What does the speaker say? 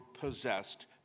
possessed